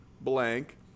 blank